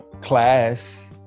class